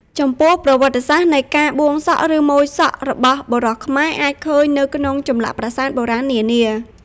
ចំពោះប្រវត្តិសាស្ត្រនៃការបួងសក់ឬម៉ូយសក់របស់បុរសខ្មែរអាចឃើញនៅក្នុងចម្លាក់ប្រាសាទបុរាណនានា។